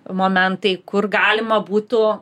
momentai kur galima būtų